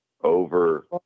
over